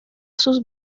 sus